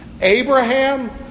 Abraham